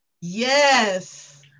Yes